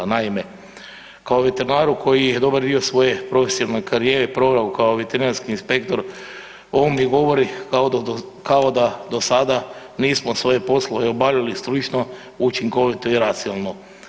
Naime, kao veterinaru koji je dobar dio svoje profesionalne karijere proveo kao veterinarski inspektor ovo mi govori kao da do sada nismo svoje poslove obavljali stručno, učinkovito i racionalno.